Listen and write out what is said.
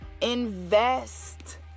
invest